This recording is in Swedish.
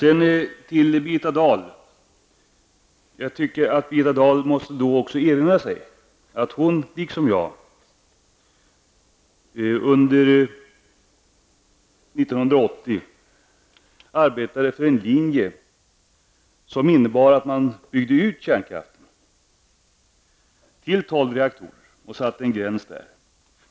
Birgitta Dahl måste erinra sig att hon liksom jag under 1980 arbetade för en linje som innebar att man skulle bygga ut kärnkraften till tolv reaktorer och sätta en gräns där.